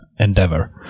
endeavor